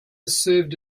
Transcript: served